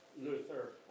Luther